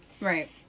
right